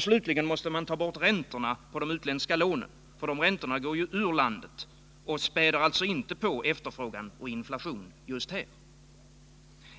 Slutligen måste man ta bort räntorna på de utländska lånen. De räntorna går ju ur landet och späder alltså inte på efterfrågan och inflation just här.